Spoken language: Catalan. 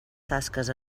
tasques